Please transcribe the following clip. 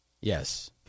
Yes